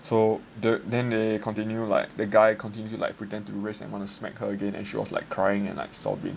so the then they continue like the guy continue to like pretend to raise and want to smack her again and she was like crying and like sobbing